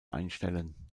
einstellen